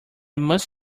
must